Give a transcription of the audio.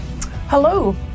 Hello